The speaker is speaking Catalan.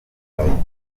del